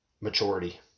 maturity